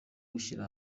gushyira